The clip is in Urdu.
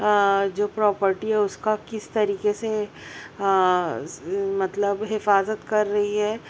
جو پراپرٹی ہے اس کا کس طریقے سے مطلب حفاظت کر رہی ہے